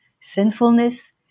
sinfulness